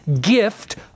gift